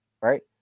right